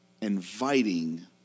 inviting